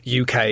UK